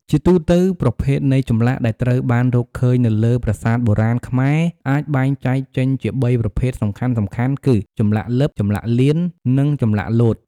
ជាទូទៅ ប្រភេទនៃចម្លាក់ដែលត្រូវបានរកឃើញនៅលើប្រាសាទបុរាណខ្មែរអាចបែងចែកចេញជាបីប្រភេទសំខាន់ៗគឺ ចម្លាក់លិប ចម្លាក់លៀន និង ចម្លាក់លោត។